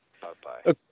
Bye-bye